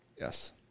Yes